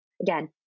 Again